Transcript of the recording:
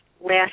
last